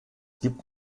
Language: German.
gibt